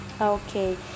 okay